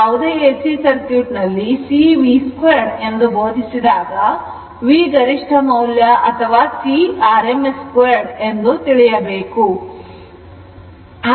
ಯಾವುದೇ AC circuit ನಲ್ಲಿ C V 2ಎಂದು ಸಂಬೋಧಿಸಿದಾಗ V ಗರಿಷ್ಠ ಮೌಲ್ಯ ಅಥವಾ C V rms 2hat ಎಂದು ತಿಳಿಯಬೇಕು